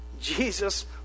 Jesus